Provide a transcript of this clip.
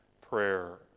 prayer